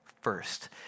First